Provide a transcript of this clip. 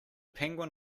penguin